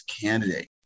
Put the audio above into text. candidate